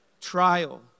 trial